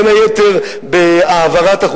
בין היתר,